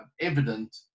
evident